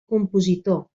compositor